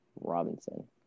Robinson